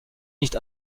nicht